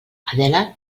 adela